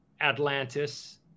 Atlantis